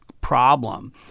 problem